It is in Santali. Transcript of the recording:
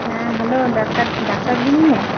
ᱦᱮᱸ ᱦᱮᱞᱳ ᱰᱟᱠᱛᱟᱨ ᱰᱟᱠᱛᱟᱨ ᱡᱤ ᱢᱮᱱᱟᱭᱟ